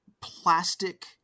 plastic